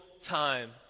time